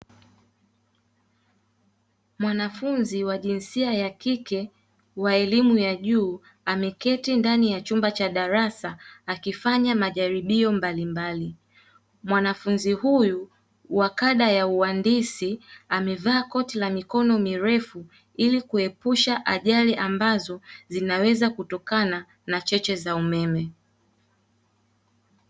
Mwanafunzi wa jinsia ya kike, wa elimu ya juu, ameketi ndani ya chumba cha darasa akifanya majalibio mbalimbali, mwanafunzi huyu wa kada ya uhandisi amevaa koti la mikono milefu, ili kuepusha ajali ambazo zinaweza kutokana na cheche za umeme.